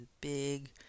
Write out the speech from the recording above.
Big